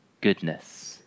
goodness